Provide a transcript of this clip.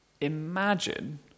imagine